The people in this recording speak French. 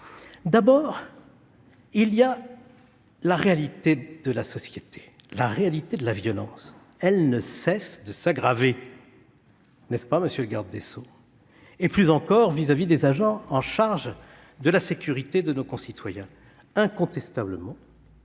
D'abord, il y a la réalité de la société : la violence ne cesse de s'aggraver- n'est-ce pas, monsieur le garde des sceaux ?...-, plus encore vis-à-vis des agents en charge de la sécurité de nos concitoyens. Incontestablement,